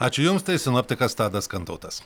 ačiū jums tai sinoptikas tadas kantautas